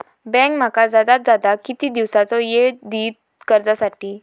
Bank माका जादात जादा किती दिवसाचो येळ देयीत कर्जासाठी?